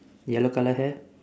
yellow colour hair